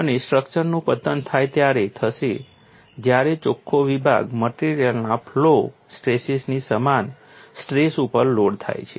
અને સ્ટ્રક્ચરનું પતન ત્યારે થશે જ્યારે ચોખ્ખો વિભાગ મટેરીઅલના ફ્લો સ્ટ્રેસીસની સમાન સ્ટ્રેસ ઉપર લોડ હોય છે